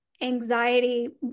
anxiety